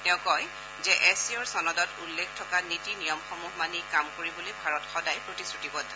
তেওঁ কয় যে এছ চি অৰ চনদত উল্লেখ থকা নীতি নিয়মসমূহ মানি কাম কৰিবলৈ ভাৰত সদায় প্ৰতিশ্ৰুতিবদ্ধ